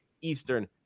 eastern